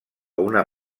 una